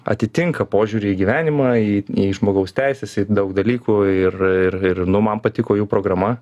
atitinka požiūrį į gyvenimą į žmogaus teises į daug dalykų ir ir ir nu man patiko jų programa